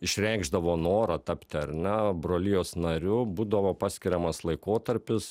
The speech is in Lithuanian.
išreikšdavo norą tapti ar ne brolijos nariu būdavo paskiriamas laikotarpis